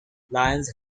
lions